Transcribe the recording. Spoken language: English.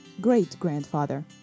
great-grandfather